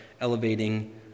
elevating